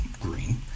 green